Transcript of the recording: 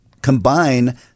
combine